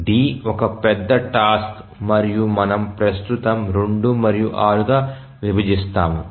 D ఒక పెద్ద task మరియు మనము ప్రస్తుతం 2 మరియు 6 గా విభజిస్తాము